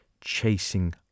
chasing